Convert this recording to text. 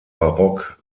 barock